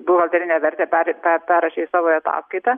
buhalterinę vertę perei per perrašė į savo ataskaitą